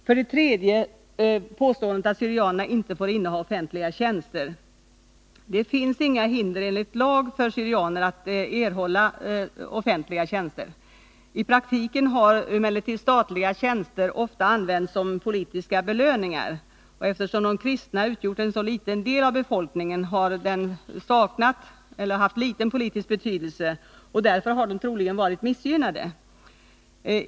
För det tredje vill jag beträffande påståendet att syrianerna inte får inneha offentliga tjänster framhålla att det inte finns några hinder enligt lag för syrianer att erhålla offentliga tjänster. I praktiken har emellertid statliga tjänster ofta använts som politiska belöningar. Eftersom de kristna utgjort en så liten del av befolkningen har de saknat eller haft endast liten politisk betydelse, och därför har man troligen varit missgynnad.